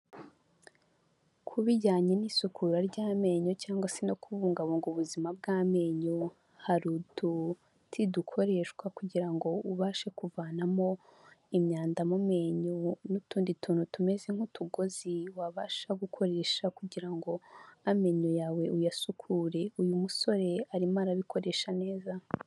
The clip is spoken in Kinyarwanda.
Ku bijyanye n'isukura ry'amenyo cyangwa se no kubungabunga ubuzima bw'amenyo, hari ututi dukoreshwa, kugira ngo ubashe kuvanamo imyanda mu menyo, n'utundi tuntu tumeze nk'utugozi wabasha gukoresha, kugira ngo amenyo yawe uyasukure, uyu musore arimo arabikoresha neza.